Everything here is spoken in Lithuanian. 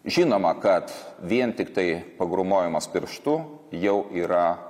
žinoma kad vien tiktai pagrūmojimas pirštu jau yra